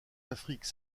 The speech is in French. afrique